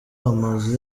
amazu